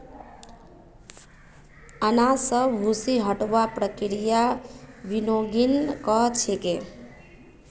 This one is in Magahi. अनाज स भूसी हटव्वार प्रक्रियाक विनोइंग कह छेक